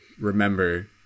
Remember